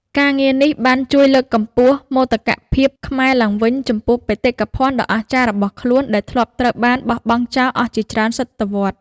ការងារនេះបានជួយលើកកម្ពស់មោទកភាពខ្មែរឡើងវិញចំពោះបេតិកភណ្ឌដ៏អស្ចារ្យរបស់ខ្លួន ដែលធ្លាប់ត្រូវបានបោះបង់ចោលអស់ជាច្រើនសតវត្សរ៍។